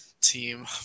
team